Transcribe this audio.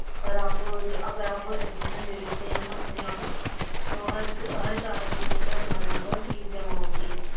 اور آپ اگر آپ ایڈمیشن لے لیتے ہیں ہمارے یہاں پر تو ہر ہر چار مہینے پر ہمارے یہاں پر فیس جمع ہوتی ہے